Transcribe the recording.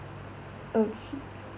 okay